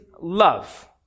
love